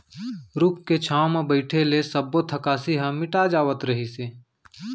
रूख के छांव म बइठे ले सब्बो थकासी ह मिटा जावत रहिस हे